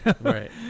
right